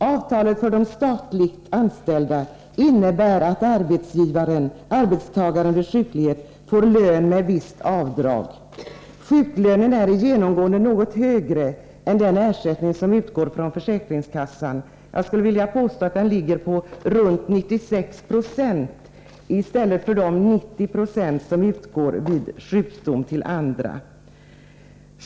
Avtalet för de statligt anställda innebär att arbetstagaren vid sjukdom får lön med visst avdrag. Sjuklönen är genomgående något högre än den ersättning som utgår från försäkringskassan. Jag skulle vilja påstå att den ligger runt 96 20, jämfört med de 90 96 som utgår till andra vid sjukdom.